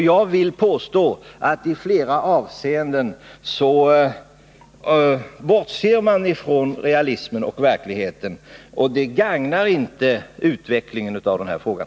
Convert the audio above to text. Jag vill påstå att man i flera avseenden bortser från realismen och verkligheten, och det gagnar inte utvecklingen av den här frågan.